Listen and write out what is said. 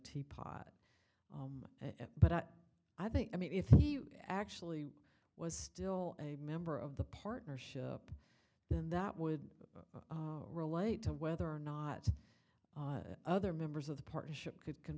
teapot but i think i mean if he actually was still a member of the partnership then that would relate to whether or not other members of the partnership could co